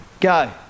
Go